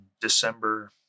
December